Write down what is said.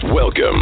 Welcome